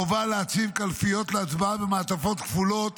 חובה להציב קלפיות להצבעה במעטפות כפולות